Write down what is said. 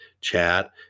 chat